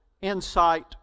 Insight